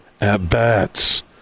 At-bats